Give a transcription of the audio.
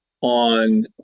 on